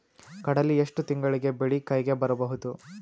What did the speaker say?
ಕಡಲಿ ಎಷ್ಟು ತಿಂಗಳಿಗೆ ಬೆಳೆ ಕೈಗೆ ಬರಬಹುದು?